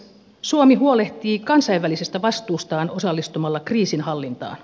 suomi huolehtii kansainvälisestä vastuustaan osallistumalla kriisinhallintaan